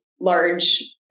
large